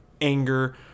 anger